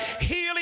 healing